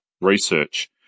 research